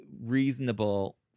reasonable